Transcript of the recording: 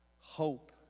hope